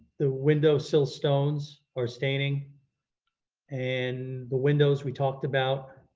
the window sill stones or staining and the windows we talked about,